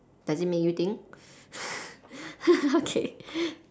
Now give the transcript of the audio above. does it make you think okay